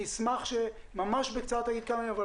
אשמח שממש בקצרה תגיד כמה מילים.